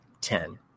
Ten